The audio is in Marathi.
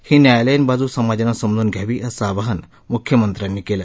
ही न्यायालयीन बाजू समाजानं समजून घ्यावी असं आवाहन मुख्यमत्र्यांनी केलं